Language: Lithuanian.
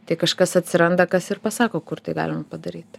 tai kažkas atsiranda kas ir pasako kur tai galima padaryt